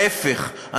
ההפך,